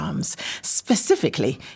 Specifically